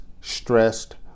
stressed